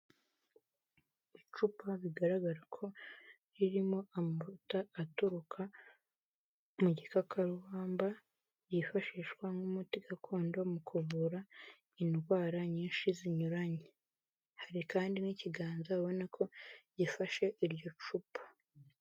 Icupa bigaragara ko ririmo amavuta aturuka mu gikakaruhamba yifashishwa nk'umuti gakondo mu kuvura indwara nyinshi zinyuranye, hari kandi n'ikiganza abona ko gifashe iryo cupa.